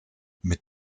mit